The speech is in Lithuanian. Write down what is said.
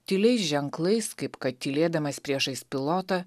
tyliais ženklais kaip kad tylėdamas priešais pilotą